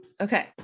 Okay